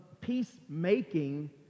peacemaking